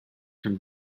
from